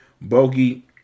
Bogey